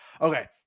Okay